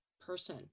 person